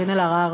וקארין אלהרר